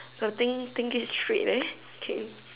something think it straight eh okay